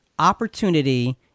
opportunity